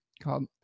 called